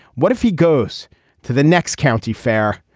what if he goes to the next county fair